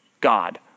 God